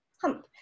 hump